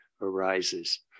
arises